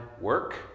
work